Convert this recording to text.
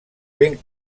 ben